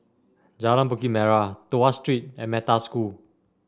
Jalan Bukit Merah Tuas Street and Metta School